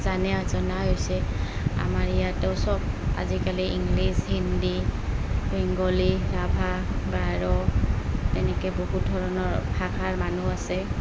জানে অ জনা হৈছে আমাৰ ইয়াতে চব আজিকালি ইংলিছ হিন্দী বেংগলী ৰাভা গাৰো তেনেকৈ বহুত ধৰণৰ ভাষাৰ মানুহ আছে